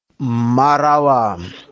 Marawa